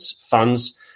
funds